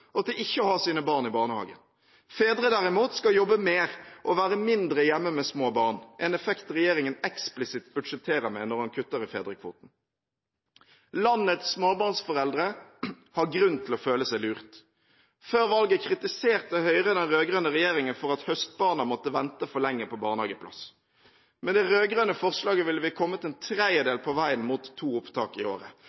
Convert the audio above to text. og til ikke å ha sine barn i barnehagen. Fedre derimot, skal jobbe mer og være mindre hjemme med små barn – en effekt regjeringen eksplisitt budsjetterer med når den kutter i fedrekvoten. Landets småbarnsforeldre har grunn til å føle seg lurt. Før valget kritiserte Høyre den rød-grønne regjeringen for at høstbarna måtte vente for lenge på barnehageplass. Med det rød-grønne forslaget ville vi ha kommet en